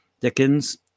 Dickens